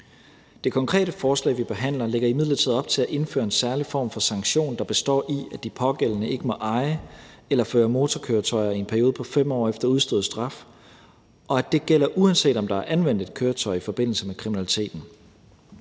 Det konkrete forslag, vi behandler, lægger imidlertid op til at indføre en særlig form for sanktion, der består i, at de pågældende ikke må eje eller føre motorkøretøjer i en periode på 5 år efter udstået straf, og at det gælder, uanset om der er anvendt et køretøj i forbindelse med kriminaliteten.